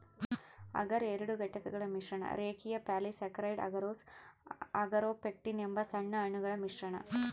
ಅಗರ್ ಎರಡು ಘಟಕಗಳ ಮಿಶ್ರಣ ರೇಖೀಯ ಪಾಲಿಸ್ಯಾಕರೈಡ್ ಅಗರೋಸ್ ಅಗಾರೊಪೆಕ್ಟಿನ್ ಎಂಬ ಸಣ್ಣ ಅಣುಗಳ ಮಿಶ್ರಣ